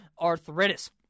arthritis